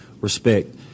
respect